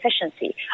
efficiency